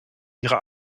ihre